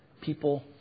people